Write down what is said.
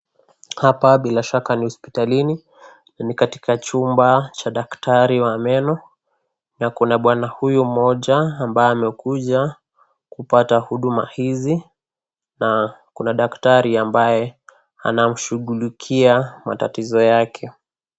Hapa bila shaka ni hospitalini ni katika chumba cha daktari wa meno na kuna bwana huyo mmoja ambaye amekuja kupata huduma hizi na kuna daktari ambaye anamshughulikia matatizo yake.